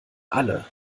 alle